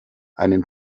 einen